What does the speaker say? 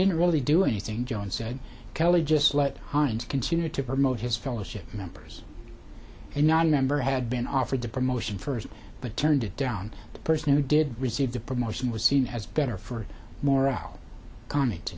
didn't really do anything john said kelly just let hines continue to promote his fellowship members and nonmembers had been offered the promotion first but turned it down the person who did receive the promotion was seen as better for moral con